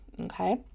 okay